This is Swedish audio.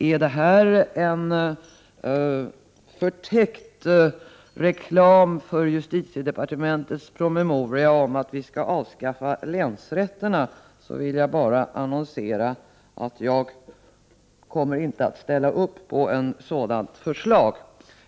Om det här är förtäckt reklam för justitiedepartementets promemoria om att vi skall avskaffa länsrätterna, vill jag annonsera att jag inte kommer att ställa upp på ett sådant förslag.